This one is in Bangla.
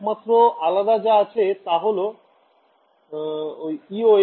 একমাত্র আলাদা যা আছে তা হল e ও h